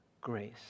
grace